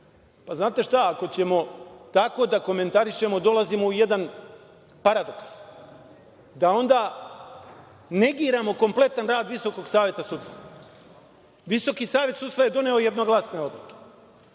Znate šta, ako ćemo tako da komentarišemo, dolazimo u jedan paradoks, da onda negiramo kompletan rad Visokog saveta sudstva. Visoki savet sudstva je doneo jednoglasne odluke. Te